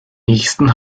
nächsten